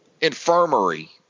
infirmary